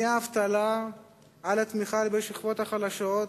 מאבטלה עד התמיכה בשכבות החלשות,